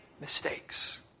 mistakes